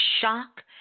shock